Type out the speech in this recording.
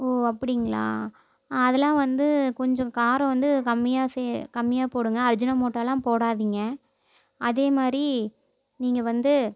ஓ அப்படிங்களா அதெலாம் வந்து கொஞ்சம் காரம் வந்து கம்மியாக செ கம்மியாக போடுங்க அஜினோமோட்டோலாம் போடாதீங்க அதே மாதிரி நீங்கள் வந்து